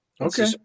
Okay